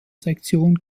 sektion